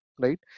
right